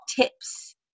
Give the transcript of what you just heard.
tips